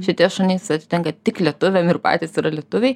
šitie šunys atitenka tik lietuviam ir patys yra lietuviai